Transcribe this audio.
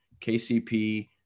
KCP